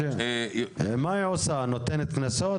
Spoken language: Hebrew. מה היא עושה, נותנת קנסות?